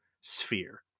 sphere